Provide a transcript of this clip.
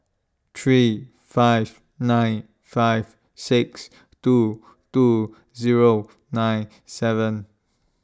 three five nine five six two two Zero nine seven